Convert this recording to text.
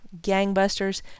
gangbusters